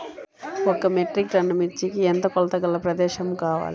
ఒక metric ton మిర్చికి ఎంత కొలతగల ప్రదేశము కావాలీ?